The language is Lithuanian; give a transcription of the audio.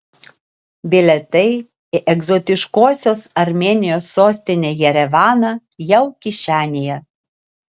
bilietai į egzotiškosios armėnijos sostinę jerevaną jau kišenėje